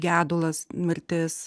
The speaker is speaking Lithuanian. gedulas mirtis